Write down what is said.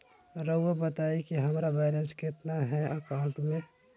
रहुआ बताएं कि हमारा बैलेंस कितना है अकाउंट में?